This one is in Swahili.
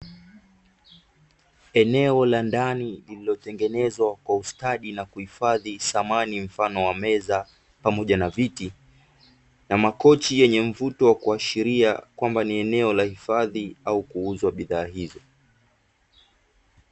Eneo la ndani lililotengenezwa kwa ustadi na kuhifadhi samani mfano wa meza pamoja na viti, na makochi yenye mvuto wa kuashiria kwamba ni eneo la hifadhi au kuuzwa bidhaa hizo.